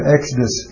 Exodus